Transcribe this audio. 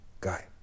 guy